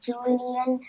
Julian